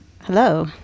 Hello